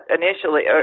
initially